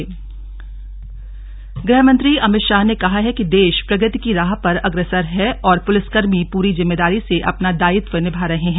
गृह मंत्री गृहमंत्री अमित शाह ने कहा है कि देश प्रगति की राह पर अग्रसर है और पुलिसकर्मी पूरी जिम्मेदारी से अपना दायित्व निभा रहे हैं